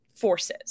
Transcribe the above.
forces